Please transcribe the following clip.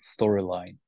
storyline